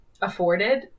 afforded